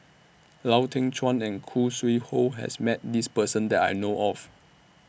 Lau Teng Chuan and Khoo Sui Hoe has Met This Person that I know of